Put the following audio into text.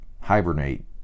hibernate